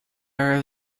are